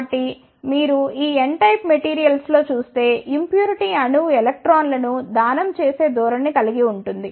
కాబట్టి మీరు ఈ n టైప్ మెటీరియల్స్ లో చూస్తే ఇంప్యూరిటీ అణువు ఎలక్ట్రాన్లను దానం చేసే ధోరణి ని కలిగి ఉంటుంది